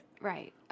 Right